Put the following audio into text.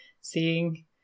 seeing